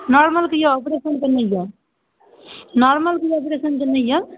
नॉरमलके यऽऑपरेशनके नहि यऽ नॉरमलके यऽ ऑपरेशनके नहि यऽ